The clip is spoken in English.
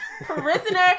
Prisoner